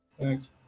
Thanks